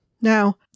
Now